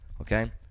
okay